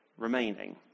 remaining